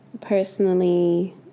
Personally